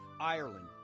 Ireland